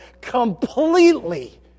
completely